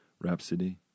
Rhapsody